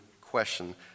question